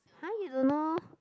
!huh! you don't know